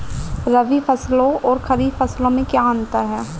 रबी फसलों और खरीफ फसलों में क्या अंतर है?